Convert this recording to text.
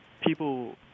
people